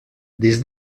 des